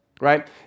right